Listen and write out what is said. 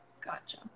gotcha